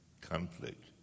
conflict